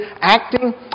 acting